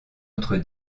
autre